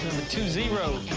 two zero.